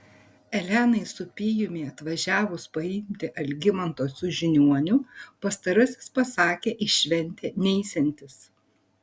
elenai su pijumi atvažiavus paimti algimanto su žiniuoniu pastarasis pasakė į šventę neisiantis